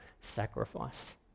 sacrifice